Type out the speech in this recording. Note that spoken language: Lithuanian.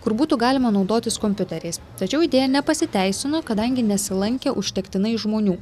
kur būtų galima naudotis kompiuteriais tačiau idėja nepasiteisino kadangi nesilankė užtektinai žmonių